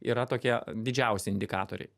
yra tokie didžiausi indikatoriai